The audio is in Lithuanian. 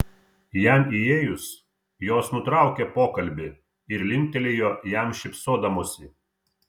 jam įėjus jos nutraukė pokalbį ir linktelėjo jam šypsodamosi